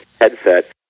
headset